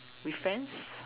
with friends